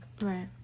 right